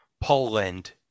Poland